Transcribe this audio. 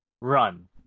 Run